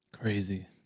Crazy